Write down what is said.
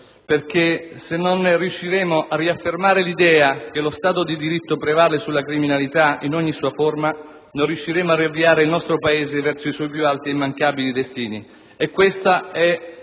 che se non si riuscirà a riaffermare l'idea che lo Stato di diritto prevale sulla criminalità in ogni sua forma non si riuscirà neanche a riavviare il nostro Paese verso i suoi più alti ed immancabili destini. Questa è